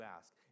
ask